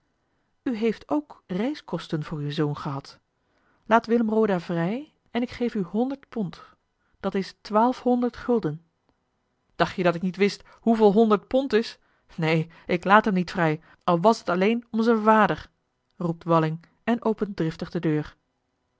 heeft ook reiskosten voor uwen zoon gehad laat willem roda vrij en ik geef u honderd pond dat is twaalfhonderd gulden dacht je dat ik niet wist hoeveel honderd pond is neen ik laat hem niet vrij al was het alleen om zijn vader roept walling en opent driftig de deur